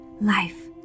Life